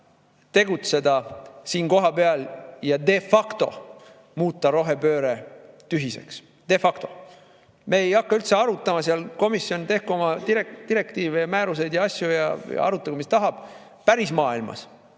tegutseda siin kohapeal jade factomuuta rohepööre tühiseks.De facto! Me ei hakka üldse arutama, komisjon tehku seal oma direktiive ja määruseid ja asju ja arutagu, mis tahab. Pärismaailmas